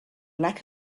lack